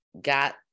got